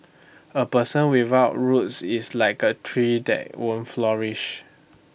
A person without roots is like A tree that won't flourish